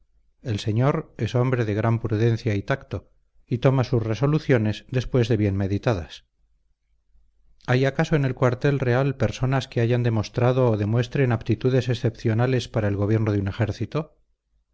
el señor es hombre de gran prudencia y tacto y toma sus resoluciones después de bien meditadas hay acaso en el cuartel real personas que hayan demostrado o demuestren aptitudes excepcionales para el gobierno de un ejército